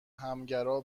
همگرا